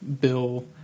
Bill